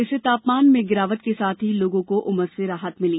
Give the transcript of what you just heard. इससे तापमान में गिरावट के साथ ही लोगों को उमस से राहत मिली